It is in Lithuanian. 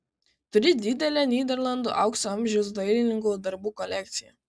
turi didelę nyderlandų aukso amžiaus dailininkų darbų kolekciją